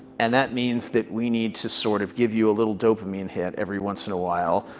and that means that we need to sort of give you a little dopamine hit every once in a while,